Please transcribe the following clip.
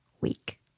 week